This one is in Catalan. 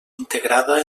integrada